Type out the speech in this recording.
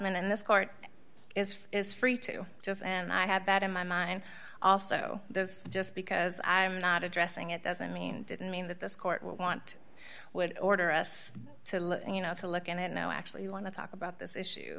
minute and this court is is free to just and i had that in my mind also this just because i'm not addressing it doesn't mean didn't mean that this court would want would order us to look you know to look at it now actually want to talk about this issue